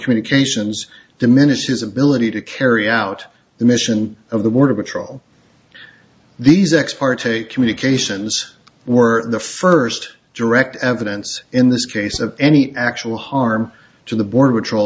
communications diminished his ability to carry out the mission of the border patrol these ex parte communications were the first direct evidence in this case of any actual harm to the border patrol